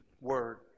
word